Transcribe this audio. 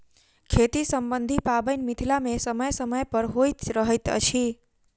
खेती सम्बन्धी पाबैन मिथिला मे समय समय पर होइत रहैत अछि